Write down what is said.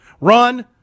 run